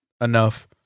enough